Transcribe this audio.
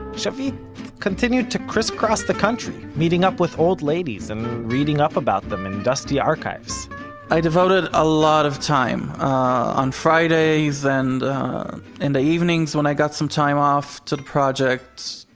shavit continued to criss-cross the country, meeting up with old ladies and reading up about them in dusty archives i devoted a lot of time, on fridays, and in the evenings when i got some time off, to the project.